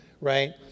right